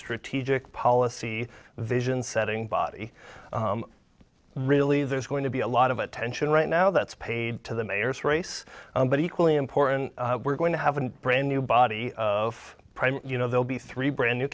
strategic policy vision setting body really there's going to be a lot of attention right now that's paid to the mayor's race but equally important we're going to have a brand new body of prime you know they'll be three brand new